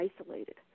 isolated